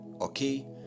okay